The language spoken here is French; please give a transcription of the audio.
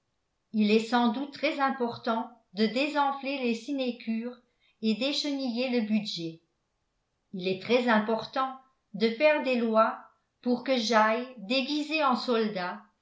il est sans doute très important de désenfler les sinécures et d'écheniller le budget il est très important de faire des lois pour que j'aille déguisé en soldat